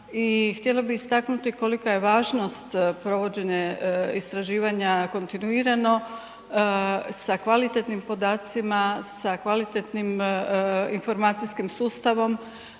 htjela bi istaknuti kolika je važnost provođenja istraživanja kontinuirano sa kvalitetnim podacima, sa kvalitetnim informacijskim sustavom,